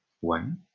One